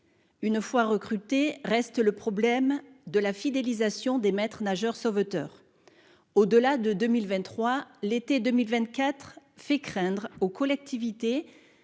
sont recrutés, reste le problème de la fidélisation des maîtres-nageurs sauveteurs. Au-delà de 2023, l'été 2024 fait craindre aux collectivités